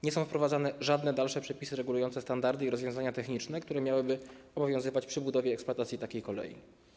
Nie są wprowadzane żadne dalsze przepisy regulujące standardy i rozwiązania techniczne, które miałyby obowiązywać przy budowie i eksploatacji takiej kolei.